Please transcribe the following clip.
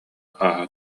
ааһа